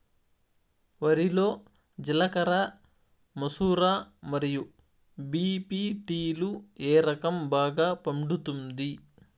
వరి లో జిలకర మసూర మరియు బీ.పీ.టీ లు ఏ రకం బాగా పండుతుంది